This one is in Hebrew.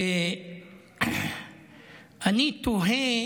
אני תוהה